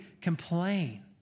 complain